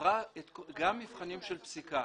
עברה מבחנים של פסיקה.